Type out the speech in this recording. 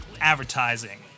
advertising